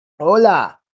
Hola